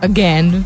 Again